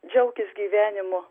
džiaukis gyvenimu